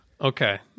Okay